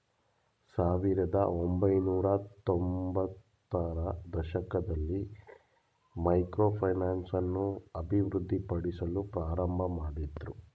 ಸಾವಿರದ ಒಂಬೈನೂರತ್ತೊಂಭತ್ತ ರ ದಶಕದಲ್ಲಿ ಮೈಕ್ರೋ ಫೈನಾನ್ಸ್ ಅನ್ನು ಅಭಿವೃದ್ಧಿಪಡಿಸಲು ಪ್ರಾರಂಭಮಾಡಿದ್ರು